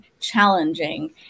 challenging